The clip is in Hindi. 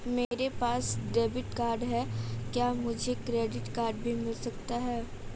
मेरे पास डेबिट कार्ड है क्या मुझे क्रेडिट कार्ड भी मिल सकता है?